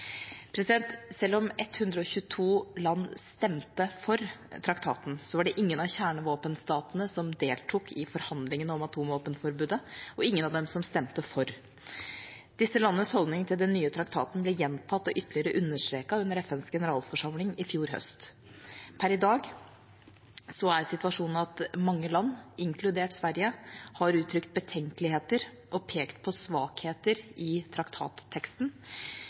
Selv om 122 land stemte for traktaten, var det ingen av kjernevåpenstatene som deltok i forhandlingene om atomvåpenforbudet, og ingen av dem som stemte for. Disse landenes holdning til den nye traktaten ble gjentatt og ytterligere understreket under FNs generalforsamling i fjor høst. Per i dag er situasjonen at mange land, inkludert Sverige, har uttrykt betenkeligheter og pekt på svakheter i traktatteksten.